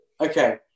Okay